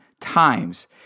times